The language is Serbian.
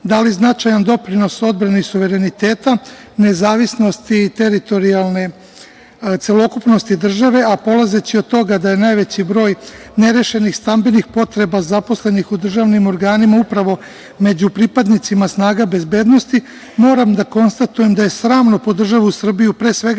dali značajan doprinos odbrani suvereniteta, nezavisnost i teritorijalne celokupnosti države, a polazeći od toga da najveći broj nerešenih stambenih potreba zaposlenih u državnim organima upravo među pripadnicima snaga bezbednosti moram da konstatujem da je sramno po državu Srbiju, pre svega